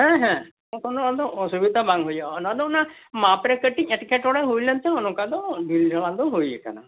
ᱦᱮᱸ ᱦᱮᱸ ᱠᱚᱱᱚ ᱚᱥᱩᱵᱤᱫᱟ ᱫᱚ ᱵᱟᱝ ᱦᱩᱭᱩᱜ ᱟ ᱚᱱᱟᱫᱚ ᱚᱱᱟ ᱢᱟᱯ ᱨᱮ ᱠᱟᱹᱴᱤᱡ ᱮᱴᱠᱮᱴᱚᱬᱮ ᱦᱩᱭ ᱞᱮᱱᱛᱮ ᱚᱱᱮ ᱚᱱᱠᱟ ᱫᱚ ᱰᱷᱤᱞᱟᱹ ᱰᱷᱟᱞᱟ ᱫᱚ ᱦᱩᱭ ᱟᱠᱟᱱᱟ